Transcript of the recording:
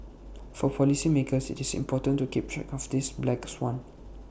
for policymakers IT is important to keep track of this black swan